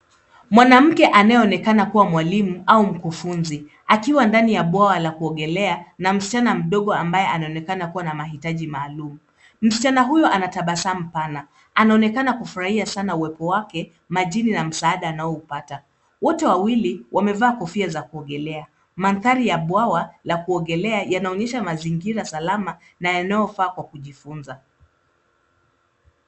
Mwanamke anayeonekana kuwa mwalimu au mkufunzi, akiwa ndani ya bwawa la kuogelea na msichana mdogo ambaye anaonekana kuwa na mahitaji maalum. Msichana huyo anatabasamu pana, anaonekana kufurahia sana uwepo wake majini na msaada anaoupata. Wote wawili wamevaa kofia za kuogelea. Mandhari ya bwawa la kuogelea yanaonyesha mazingira salama na yanayofaa kwa kujifunza.